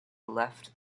left